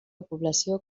població